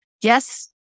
Yes